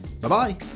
Bye-bye